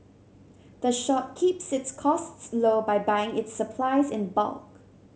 the shop keeps its costs low by buying its supplies in bulk